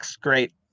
great